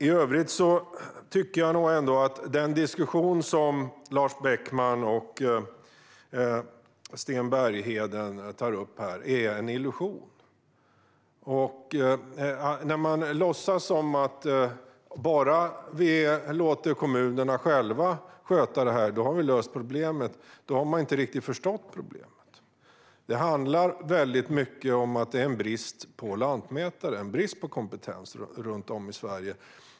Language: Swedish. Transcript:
I övrigt tycker jag nog att den frågeställning som Lars Beckman och Sten Bergheden för fram är en illusion. När man låtsas som att man har löst problemet om man bara låter kommunerna själva sköta det hela har man inte riktigt förstått problemet. I mycket handlar det här om en brist på lantmätare och en brist på kompetens runt om i Sverige.